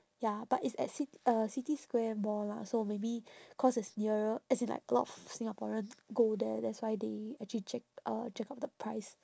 ya but it's at cit~ uh city square mall lah so maybe cause it's nearer as in like a lot of singaporean go there that's why they actually jack uh jack up the price